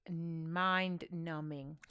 mind-numbing